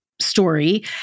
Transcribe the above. story